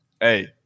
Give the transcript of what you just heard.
hey